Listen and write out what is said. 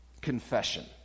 confession